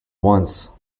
once